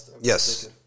yes